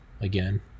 again